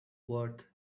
worth